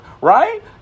Right